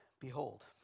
behold